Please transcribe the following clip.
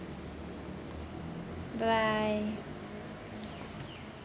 bye bye